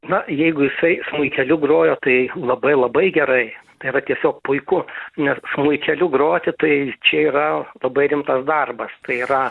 na jeigu jisai smuikeliu grojo tai labai labai gerai tai yra tiesiog puiku nes smuikeliu groti tai čia yra labai rimtas darbas tai yra